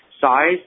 size